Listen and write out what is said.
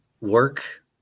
work